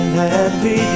happy